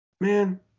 man